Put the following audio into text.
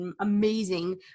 amazing